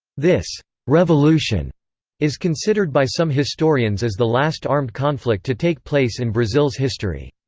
this revolution is considered by some historians as the last armed conflict to take place in brazil's history.